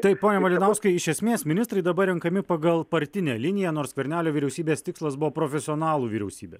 taip pone malinauskai iš esmės ministrai dabar renkami pagal partinę liniją nors skvernelio vyriausybės tikslas buvo profesionalų vyriausybė